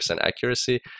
accuracy